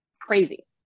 crazy